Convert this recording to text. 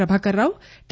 Prabhakar Rao T